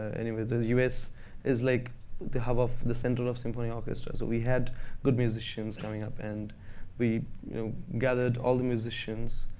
anyway, the us is like the hub of, the central of symphony orchestras. but we had good musicians coming up, and we you know gathered all the musicians.